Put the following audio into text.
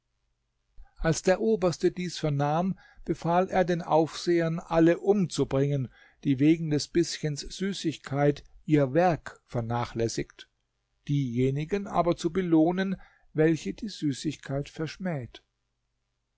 als der oberste dies vernahm befahl er den aufsehern alle umzubringen die wegen des bischens süßigkeit ihr werk vernachlässigt diejenigen aber zu belohnen welche die süßigkeit verschmäht